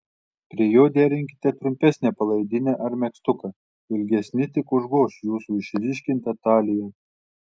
prie jo derinkite trumpesnę palaidinę ar megztuką ilgesni tik užgoš jūsų išryškintą taliją